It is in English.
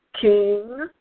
king